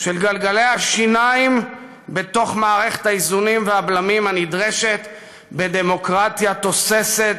של גלגלי השיניים בתוך מערכת האיזונים והבלמים הנדרשת בדמוקרטיה תוססת,